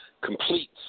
completes